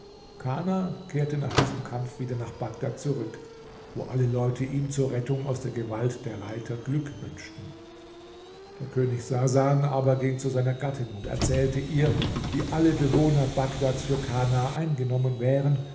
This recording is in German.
kana kehrte nach diesem kampf wieder nach bagdad zurück wo alle leute ihm zur rettung aus der gewalt der reiter glück wünschten der könig sasan aber ging zu seiner gattin und erzählte ihr wie alle bewohner bagdads für kana eingenommen wären